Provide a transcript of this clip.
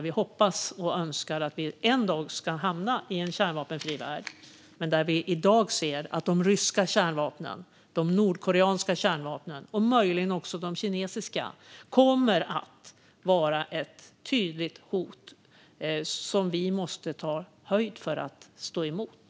Vi hoppas och önskar att vi en dag ska ha en kärnvapenfri värld, men i dag ser vi att de ryska, nordkoreanska och möjligen också kinesiska kärnvapnen kommer att vara ett tydligt hot som vi måste ta höjd för att stå emot.